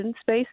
space